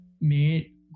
made